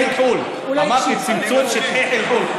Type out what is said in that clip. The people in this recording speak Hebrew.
אמרתי: צמצום שטחי חלחול.